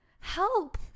help